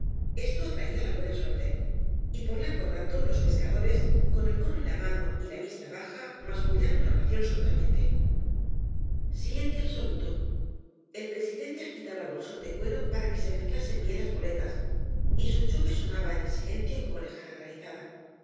esto atraía la buena suerte t por largo rato los pescadores con el gorro en la mano y la vista baja mascullaron la oración sordamente silcdcio abboluto el presidente agitaba el bolbón de cuero para que se mezclasen bien las boletas y su choque sonaba en el silencio como lejada granizada